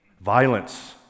Violence